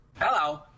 Hello